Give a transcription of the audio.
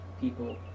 people